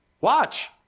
watch